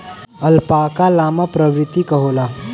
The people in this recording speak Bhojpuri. अल्पाका लामा प्रवृत्ति क होला